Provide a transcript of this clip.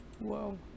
Whoa